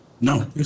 No